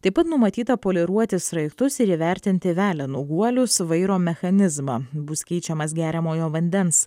taip pat numatyta poliruoti sraigtus ir įvertinti veleno guolius vairo mechanizmą bus keičiamas geriamojo vandens